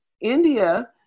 India